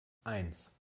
eins